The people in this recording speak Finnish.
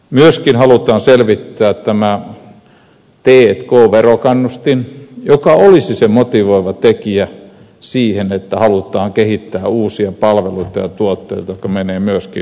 myöskin halutaan selvittää t k verokannustin joka olisi se motivoiva tekijä siihen että halutaan kehittää uusia palveluita ja tuotteita jotka menevät myöskin vientiin